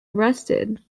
arrested